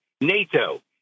NATO